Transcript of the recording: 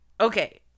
Okay